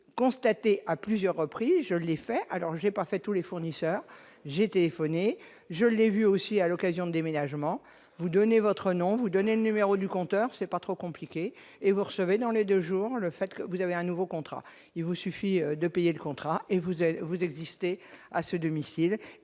faite constaté à plusieurs reprises les faits, alors j'ai pas fait tous les fournisseurs, j'ai téléphoné, je l'ai vu aussi à l'occasion, déménagement, vous donnez votre nom vous donnez numéro du compteur, c'est pas trop compliqué et vous recevez dans les 2 jours, le fait que vous avez un nouveau contrat, il vous suffit de payer le contrat et vous avez, vous existez à ce domicile